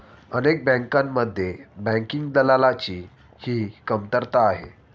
अनेक बँकांमध्ये बँकिंग दलालाची ही कमतरता आहे